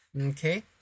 Okay